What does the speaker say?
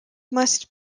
must